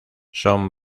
son